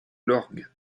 lorgues